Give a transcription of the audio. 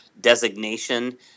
designation